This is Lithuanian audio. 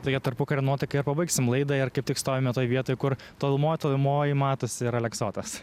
toje tarpukario nuotaikoj ir pabaigsim laidą ir kaip tik stovime toj vietoj kur tolumoj tolimoj matosi ir aleksotas